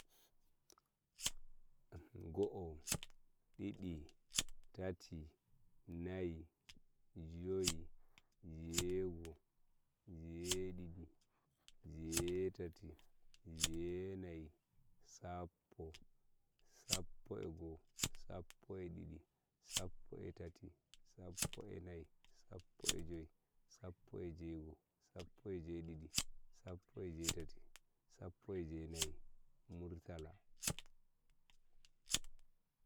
go'o didi tati nayi joi jego'o jeyedidi jeyeterty jeyenine sappo sappoehgo sappoehdidi sappoeh terty sappoenayi sappohjoi sappoehjegoo sappoehjedidi sappoehjeterty sappoenjenayi murtala